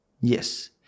Yes